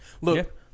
Look